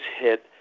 hit